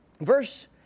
Verse